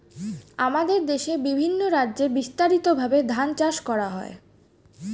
আমাদের দেশে বিভিন্ন রাজ্যে বিস্তারিতভাবে ধান চাষ করা হয়